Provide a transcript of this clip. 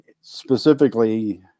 specifically –